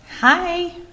Hi